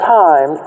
time